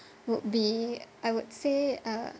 would be I would say uh